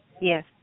Yes